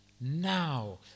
now